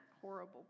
horrible